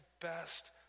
best